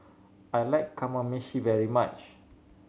I like Kamameshi very much